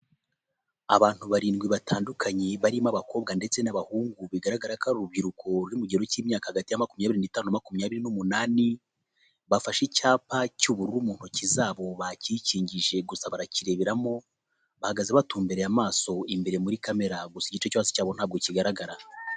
Abantu barindwi batandukanye barimo abakobwa ndetse n'abahungu bigaragara ko ari urubyiruko rwo mugero k'imyaka hagati ya makumyabiri n'itanu na makumyabiri n'umunani, bafashe icyapa cy'ubururu mu ntoki zabo bakikingije gusa barakireberamo, bahagaze batumbereye amaso imbere muri kamena gusa igice cyo hasi cyabo ntabwo kigaragara.